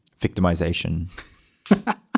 victimization